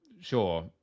sure